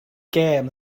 gêm